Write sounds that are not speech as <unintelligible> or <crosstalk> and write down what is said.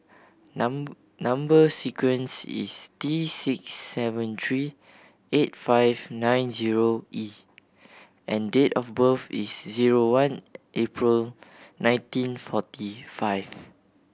<unintelligible> number sequence is T six seven three eight five nine zero E and date of birth is zero one April nineteen forty five